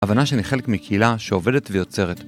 הבנה שאני חלק מקהילה שעובדת ויוצרת.